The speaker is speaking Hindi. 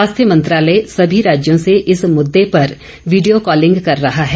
स्वास्थ्य मंत्रालय सभी राज्यों से इस मुद्दे पर वीडियो कॉलिंग कर रहा है